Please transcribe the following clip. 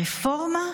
הרפורמה?